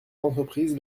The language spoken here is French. l’entreprise